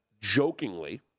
Jokingly